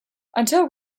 until